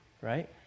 right